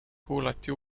kuulati